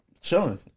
Chilling